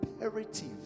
imperative